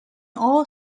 all